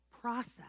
process